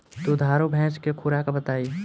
दुधारू भैंस के खुराक बताई?